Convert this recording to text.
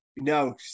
No